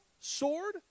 sword